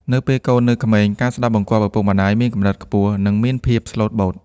នៅពេលកូននៅក្មេង ការស្ដាប់បង្គាប់ឪពុកម្ដាយមានកម្រិតខ្ពស់ និងមានភាពស្លូតបូត។